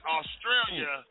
Australia